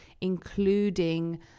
including